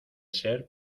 ser